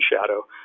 shadow